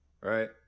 Right